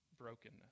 Brokenness